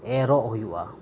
ᱮᱨᱚᱜ ᱦᱩᱭᱩᱜᱼᱟ